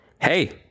hey –